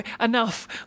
enough